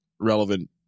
relevant